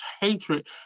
hatred